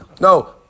no